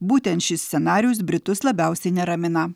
būtent šis scenarijus britus labiausiai neramina